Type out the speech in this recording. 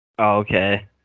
Okay